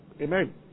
Amen